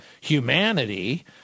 humanity